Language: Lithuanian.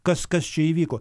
kas kas čia įvyko